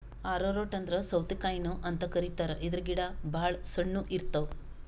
ಆರೊ root ಅಂದ್ರ ಸೌತಿಕಾಯಿನು ಅಂತ್ ಕರಿತಾರ್ ಇದ್ರ್ ಗಿಡ ಭಾಳ್ ಸಣ್ಣು ಇರ್ತವ್